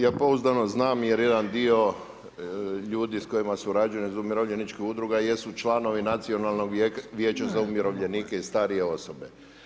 Ja pouzdano znam jer jedan dio ljudi s kojima surađujem iz umirovljeničkih udruga jesu članovi Nacionalnog vijeća za umirovljenike i starije osobe.